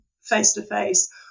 face-to-face